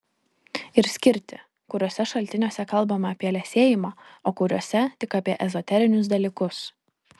ir skirti kuriuose šaltiniuose kalbama apie liesėjimą o kuriuose tik apie ezoterinius dalykus